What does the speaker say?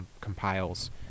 compiles